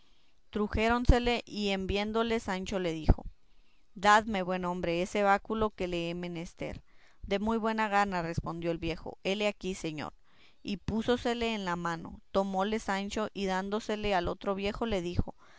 ido trujéronsele y en viéndole sancho le dijo dadme buen hombre ese báculo que le he menester de muy buena gana respondió el viejo hele aquí señor y púsosele en la mano tomóle sancho y dándosele al otro viejo le dijo